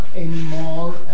anymore